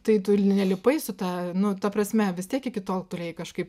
tai tu nelipai su ta nu ta prasme vis tiek iki tol turėjai kažkaip